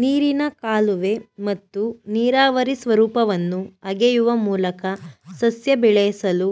ನೀರಿನ ಕಾಲುವೆ ಮತ್ತು ನೀರಾವರಿ ಸ್ವರೂಪವನ್ನು ಅಗೆಯುವ ಮೂಲಕ ಸಸ್ಯ ಬೆಳೆಸಲು